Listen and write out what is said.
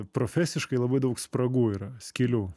profesiškai labai daug spragų yra skylių